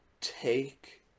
Take